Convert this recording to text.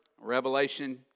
Revelation